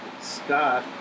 Scott